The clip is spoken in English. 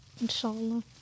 Inshallah